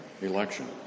election